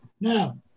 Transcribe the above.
Now